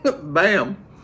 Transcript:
Bam